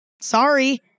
Sorry